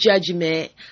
judgment